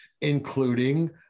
including